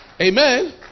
Amen